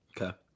Okay